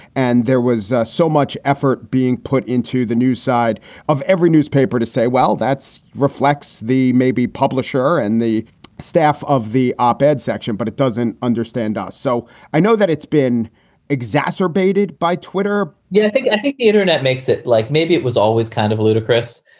and there was so much effort being put into the news side of every newspaper to say, well, that's reflects the maybe publisher and the staff of the op ed section, but it doesn't understand us. so i know that it's been exacerbated by twitter yeah i think the internet makes it like maybe it was always kind of ludicrous,